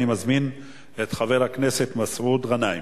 אני מזמין את חבר הכנסת מסעוד גנאים,